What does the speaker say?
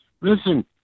Listen